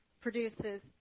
produces